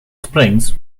springs